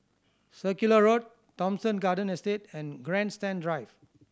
Circular Road Thomson Garden Estate and Grandstand Drive